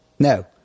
No